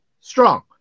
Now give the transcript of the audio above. strong